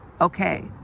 okay